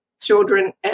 children